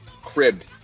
cribbed